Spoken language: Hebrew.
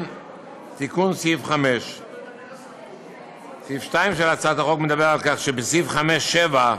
תיקון סעיף 5. סעיף 2 בהצעת החוק אומר שבסעיף 5(7)